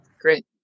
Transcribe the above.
Great